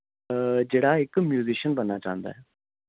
जेहड़ा इक म्यूजिशयन बनना चांह्दा ऐ